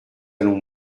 allons